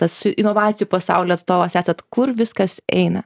tas inovacijų pasaulio atstovas esat kur viskas eina